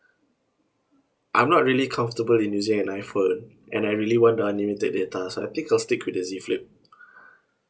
I'm not really comfortable in using an iPhone and I really want the unlimited data so I think I'll stick with the Z flip